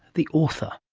the author.